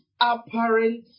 apparent